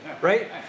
right